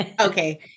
Okay